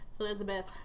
Elizabeth